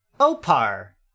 Opar